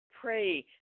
Pray